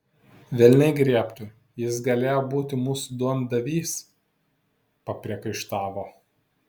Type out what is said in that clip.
velniai griebtų jis galėjo būti mūsų duondavys papriekaištavo